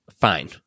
fine